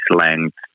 length